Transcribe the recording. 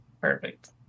Perfect